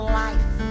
life